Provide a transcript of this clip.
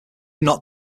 not